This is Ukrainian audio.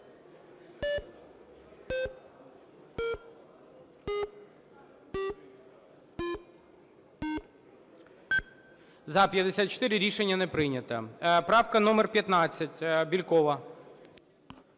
За-54 Рішення не прийнято. Правка номер 15, Бєлькова.